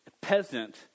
peasant